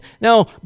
now